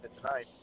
tonight